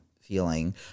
feeling